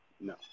no